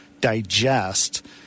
digest